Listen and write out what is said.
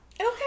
okay